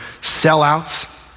sellouts